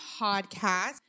podcast